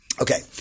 Okay